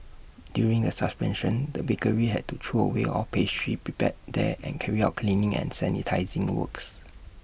during the suspension the bakery had to throw away all pastries prepared there and carry out cleaning and sanitising works